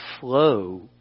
flow